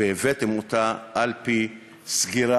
והבאתם אותה אל פי סגירה,